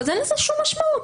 אין לזה שום משמעות.